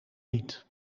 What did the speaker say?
niet